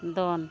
ᱫᱚᱱ